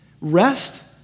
rest